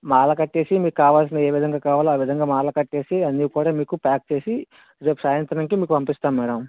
మాల కట్టేసి మీక్కావల్సిన ఏ విదంగా కావాలో ఆ విదంగా కట్టేసి అన్నీ కూడా మీకు ప్యాక్ చేసి రేపు సాయంత్రంకి మీకు పంపిస్తాం మేడం